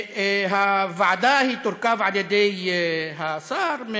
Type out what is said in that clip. הוועדה תורכב על-ידי השר,